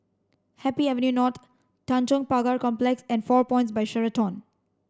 Happy Avenue Not Tanjong Pagar Complex and Four Points By Sheraton